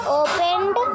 opened